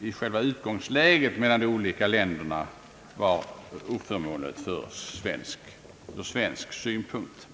i själva utgångsläget mellan de olika länderna var oförmånligt ur svensk synpunkt.